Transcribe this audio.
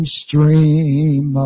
stream